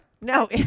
No